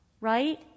Right